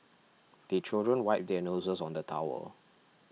the children wipe their noses on the towel